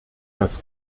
dass